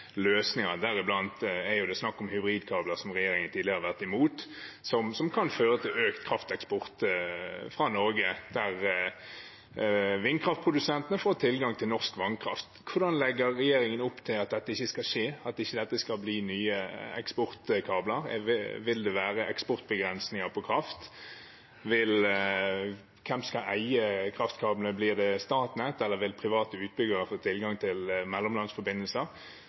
deriblant er det snakk om hybridkabler, som regjeringen tidligere har vært imot, som kan føre til økt krafteksport fra Norge, der vindkraftprodusentene får tilgang til norsk vannkraft. Hvordan legger regjeringen opp til at dette ikke skal skje, at det ikke skal bli mye eksportkabler? Vil det være eksportbegrensninger på kraft? Hvem skal eie kraftkablene – blir det Statnett, eller vil private utbyggere få tilgang til mellomlandsforbindelser?